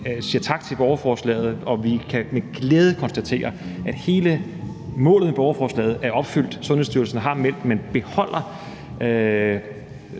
siger tak for borgerforslaget, og at vi med glæde kan konstatere, at hele formålet med borgerforslaget er opfyldt. Sundhedsstyrelsen har meldt, at man beholder